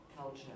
culture